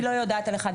אני לא יודעת על אחד.